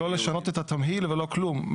ולא לשנות את התמהיל ולא כלום.